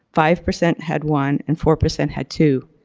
five percent had one and four percent had two.